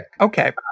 Okay